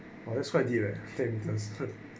oh that's quite direct